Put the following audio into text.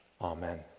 Amen